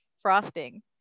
frosting